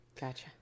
Gotcha